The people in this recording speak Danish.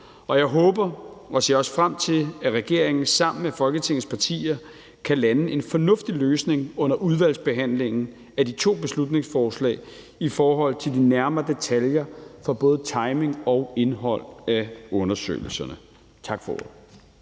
og jeg håber og ser også frem til, at regeringen sammen med Folketingets partier kan lande en fornuftig løsning under udvalgsbehandlingen af de to beslutningsforslag i forhold til de nærmere detaljer for både timing og indhold af undersøgelserne. Tak for